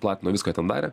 platino viską ten darė